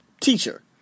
teacher